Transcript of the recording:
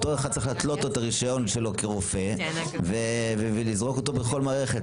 אותו אחד צריך להתלות לו את הרישיון שלו כרופא ולזרוק אותו מכל מערכת,